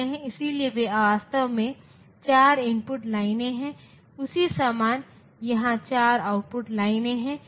इसलिए यदि आप यह जांचने की कोशिश कर रहे हैं कि 2 इनपुट समान हैं या नहीं तो इस XOR गेट इसका सीधा जवाब है